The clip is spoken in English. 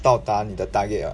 到达你的 target ah